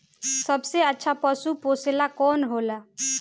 सबसे अच्छा पशु पोसेला कौन होला?